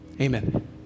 Amen